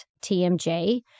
TMJ